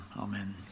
amen